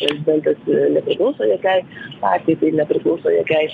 prezidentas nepriklauso jokiai partijai tai nepriklauso jokiai